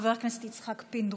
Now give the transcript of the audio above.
חבר הכנסת יצחק פינדרוס.